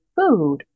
food